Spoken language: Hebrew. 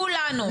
כולנו.